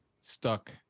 stuck